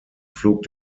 flog